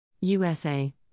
USA